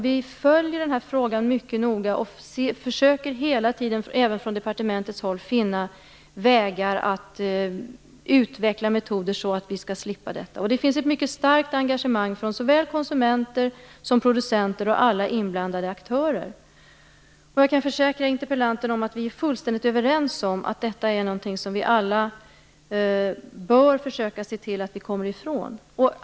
Vi följer den här frågan mycket noga och försöker hela tiden även från departementets håll att finna vägar för att utveckla metoder så att vi skall slippa detta. Det finns ett mycket starkt engagemang från såväl konsumenter som producenter och alla inblandade aktörer. Jag kan försäkra interpellanten att vi är fullständigt överens om att detta är någonting som vi alla bör försöka se till att vi kommer ifrån.